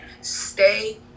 Stay